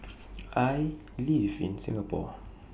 I live in Singapore